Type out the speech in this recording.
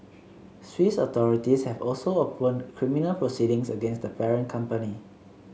Swiss authorities have also opened criminal proceedings against the parent company